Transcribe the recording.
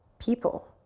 people,